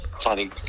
funny